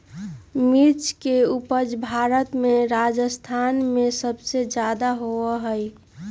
मिर्च के उपज भारत में राजस्थान में सबसे ज्यादा होबा हई